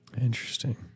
Interesting